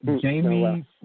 Jamie